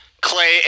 Clay